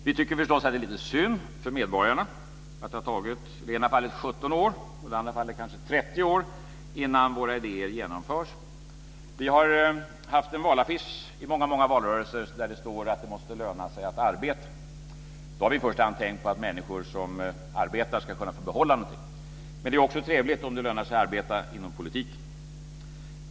Vi tycker förstås att det är lite synd för medborgarna att det har tagit i det ena fallet 17 år och i det andra kanske 30 år innan våra idéer genomförs. Vi har haft en valaffisch i många valrörelser där det står att det måste löna sig att arbeta. Då har vi i första hand tänkt på att människor som arbetar ska kunna få behålla någonting. Men det är också trevligt om det lönar sig att arbeta inom politiken.